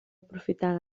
aprofitar